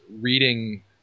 reading